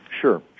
Sure